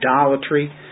idolatry